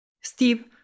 Steve